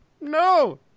no